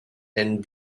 and